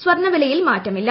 സ്വർണവിലയിൽ മാറ്റമില്ല